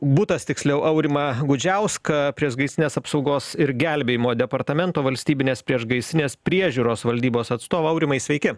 butas tiksliau aurimą gudžiauską priešgaisrinės apsaugos ir gelbėjimo departamento valstybinės priešgaisrinės priežiūros valdybos atstovą aurimai sveiki